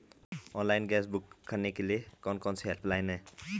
Online gas book करने के लिए कौन कौनसी हेल्पलाइन हैं?